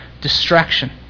distraction